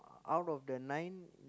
out of the nine